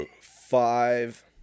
five